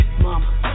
mama